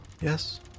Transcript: yes